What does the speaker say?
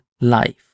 life